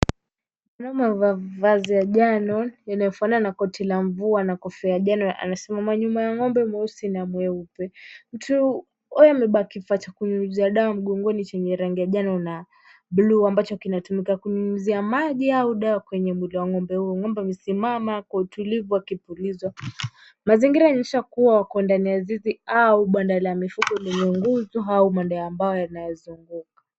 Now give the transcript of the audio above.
Mwanaume amevaa vazi ya njano yanayofanana na koti la mvua na kofia ya njano. Anasimama nyuma ya ng'ombe mweusi na mweupe. Mtu huyu amebeba kifaa cha kunyunyuzia dawa mgongoni chenye rangi ya njano na bluu ambacho kinatumika kunyunyuzia maji au dawa kwenye mwili wa ng'ombe huyo. Ng'ombe amesimama kwa utulivu akipulizwa. Mazingira yanaonyesha kuwa wako ndani ya zizi au banda la mifugo lenye nguzo au banda la mbao linalozunguka.